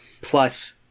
plus